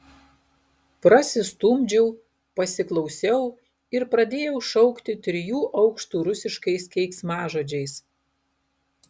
prasistumdžiau pasiklausiau ir pradėjau šaukti trijų aukštų rusiškais keiksmažodžiais